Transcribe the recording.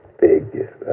big